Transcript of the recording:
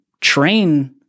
train